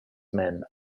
men